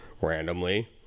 randomly